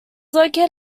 located